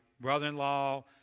brother-in-law